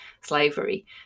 slavery